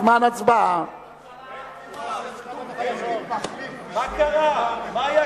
ההצעה להסיר מסדר-היום את הצעת חוק שירותי הסעד (תיקון,